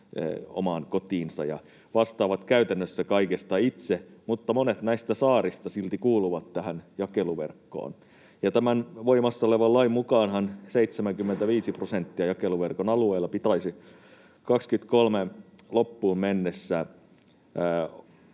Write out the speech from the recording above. omaan kotiinsa ja vastaavat käytännössä kaikesta itse, mutta monet näistä saarista silti kuuluvat tähän jakeluverkkoon. Tämän voimassa olevan lain mukaanhan jakeluverkon alueesta 75 prosenttia pitäisi vuoden 23 loppuun mennessä